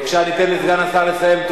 ניתן לסגן השר לסיים.